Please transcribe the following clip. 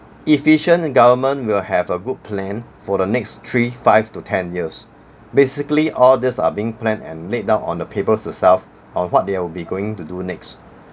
efficient government will have a good plan for the next three five to ten years basically all these are being planned and laid down on the papers itself on what they will be going to do next